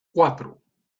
cuatro